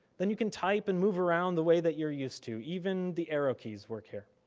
then you can type and move around the way that you're use to. even the arrow keys work here.